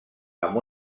amb